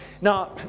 Now